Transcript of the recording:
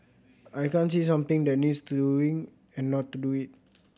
I can't see something that needs doing and not do it